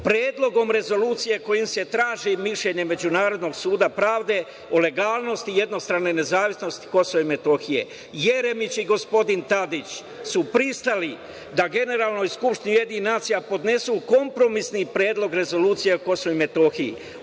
predlog Rezolucije kojom se traži mišljenje Međunarodnog suda pravde o legalnosti jednostrane nezavisnosti KiM.Jeremić i gospodin Tadić su pristali da Generalnoj Skupštini UN podnesu kompromisni predlog Rezolucije o KiM.